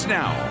now